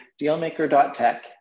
Dealmaker.tech